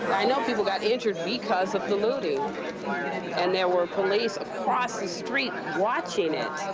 i know people got injured because of the looting and there were police across the street watching it.